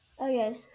Okay